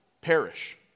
perish